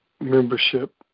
membership